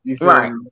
Right